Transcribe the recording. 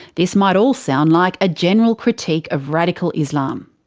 this might all sound like a general critique of radical islam.